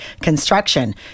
construction